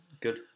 Good